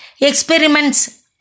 experiments